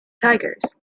tigers